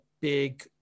big